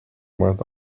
went